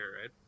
right